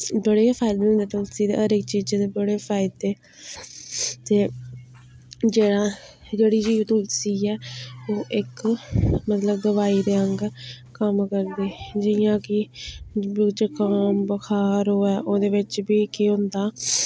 बड़े फायदे होंदे तुलसी दे हर इक चीजै दे बड़े फायदे ते जेह्ड़ा जेह्ड़ी तुलसी ऐ ओह् इक मतलब दवाई दे आंह्गर कम्म करदी जियां कि जुकाम बुखार होऐ ओह्दे बिच्च बी केह् होंदा